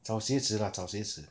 找鞋子 lah 找鞋子